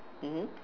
mmhmm